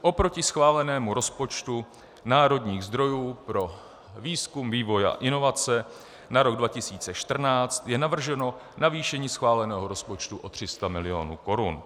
Oproti schválenému rozpočtu národních zdrojů pro výzkum, vývoj a inovace na rok 2014 je navrženo navýšení schváleného rozpočtu o 300 milionů korun.